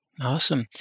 Awesome